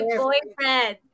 boyfriend